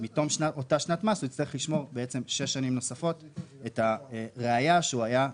מתום אותה שנת מס במשך שש שנים נוספות את הראיה שהוא היה צרפתי.